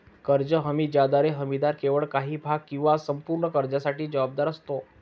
कर्ज हमी ज्याद्वारे हमीदार केवळ काही भाग किंवा संपूर्ण कर्जासाठी जबाबदार असतो